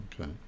okay